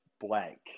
blank